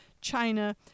China